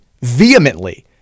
vehemently